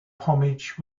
homage